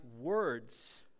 words